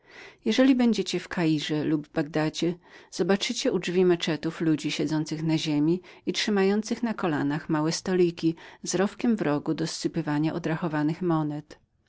jeżeli będziecie w kairze lub w bagdadzie zobaczycie u drzwi meczetów ludzi siedzących na ziemi i trzymających na kolanach małe stoliki z szufladą na boku do